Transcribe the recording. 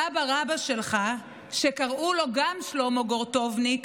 סבא-רבא שלך, שקראו לו גם שלמה גורטובניק,